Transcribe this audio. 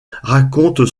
raconte